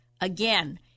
Again